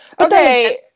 Okay